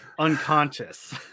Unconscious